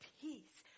peace